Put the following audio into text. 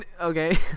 Okay